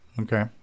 okay